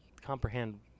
comprehend